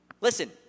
Listen